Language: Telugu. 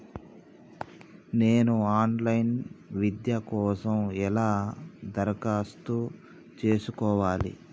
నేను ఆన్ లైన్ విద్య కోసం ఎలా దరఖాస్తు చేసుకోవాలి?